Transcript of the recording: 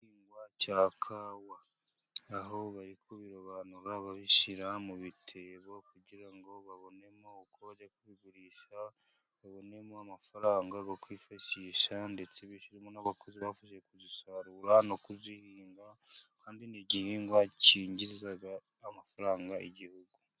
Igihigwa cya kawa. Aho bari kubirobanura babishyira mu bitebo, kugira ngo babonemo uko kugurisha babonemo amafaranga ba kwifashisha, ndetse bishyuremo n'abakozi babafashije kuzisarura no kuzihinga, kandi ni igihingwa cyinjiriza amafaranga igihugu.